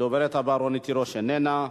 הדוברת הבאה, רונית תירוש, איננה,